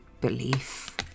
belief